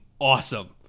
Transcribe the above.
awesome